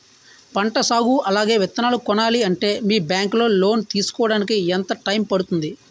పంట సాగు అలాగే విత్తనాలు కొనాలి అంటే మీ బ్యాంక్ లో లోన్ తీసుకోడానికి ఎంత టైం పడుతుంది?